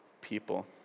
people